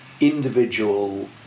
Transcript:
individual